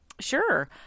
Sure